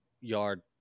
yard